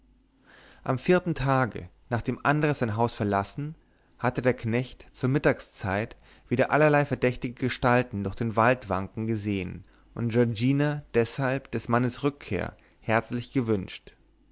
am vierten tage nachdem andres sein haus verlassen hatte der knecht zur mittagszeit wieder allerlei verdächtige gestalten durch den wald wanken gesehen und giorgina deshalb des mannes rückkehr herzlich gewünscht